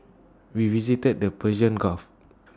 we visited the Persian gulf